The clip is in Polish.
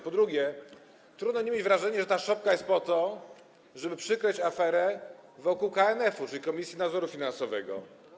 Po drugie, trudno nie mieć wrażenia, że ta szopka jest po to, żeby przykryć aferę wokół KNF-u, czyli Komisji Nadzoru Finansowego.